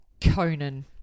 Conan